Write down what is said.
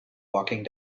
walking